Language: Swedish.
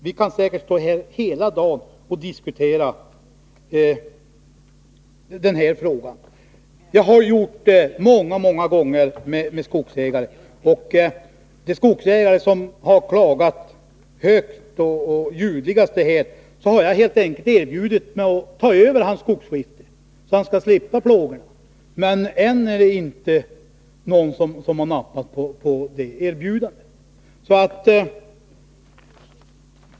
Vi kan säkert stå här hela dagen och debattera lönsamheten. Just den frågan har jag många gånger diskuterat med skogsägare. Jag har då helt enkelt erbjudit mig att ta över de skogsskiften som tillhör de skogsägare som har klagat ljudligast, så att de skulle slippa plågas. Än är det inte någon som har nappat på det erbjudandet.